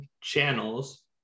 channels